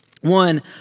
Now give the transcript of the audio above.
One